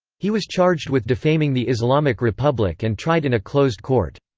he was charged with defaming the islamic republic and tried in a closed court.